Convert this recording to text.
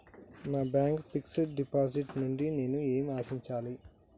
నా bank fixed deposit నుండి నేను ఏమి ఆశించాలి?